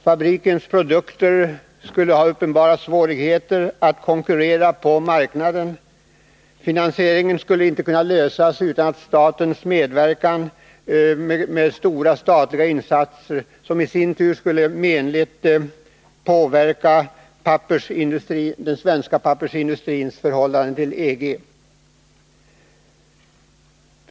Fabrikens produkter skulle ha uppenbara svårigheter att konkurrera på marknaden. Finansieringen skulle inte kunna lösas utan statens medverkan med stora insatser, som i sin tur skulle menligt påverka den svenska pappersindustrins förhållande till EG.